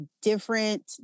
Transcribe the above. different